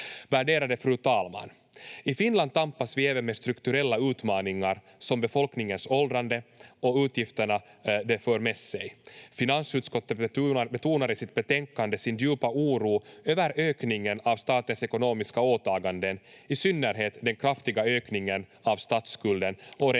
Värderade fru talman! I Finland tampas vi även med strukturella utmaningar som befolkningens åldrande och utgifterna det för med sig. Finansutskottet betonar i sitt betänkande sin djupa oro över ökningen av statens ekonomiska åtaganden, i synnerhet den kraftiga ökningen av statsskulden